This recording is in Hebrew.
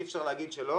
אי אפשר לומר שלא